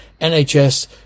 nhs